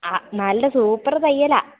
നല്ല സൂപ്പർ തയ്യലാണ്